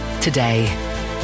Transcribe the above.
today